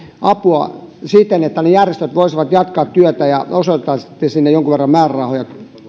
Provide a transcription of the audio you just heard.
apuaan siten että ne järjestöt voisivat jatkaa työtä ja osoittaisitte sinne jonkun verran määrärahoja